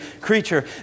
creature